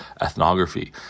ethnography